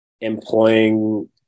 employing